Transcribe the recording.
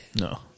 No